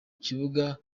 kibuga